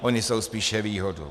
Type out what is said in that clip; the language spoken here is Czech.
Ony jsou spíše výhodou.